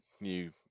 new